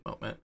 moment